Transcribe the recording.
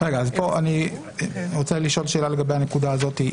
אני רוצה לשאול שאלה לגבי הנקודה הזאת.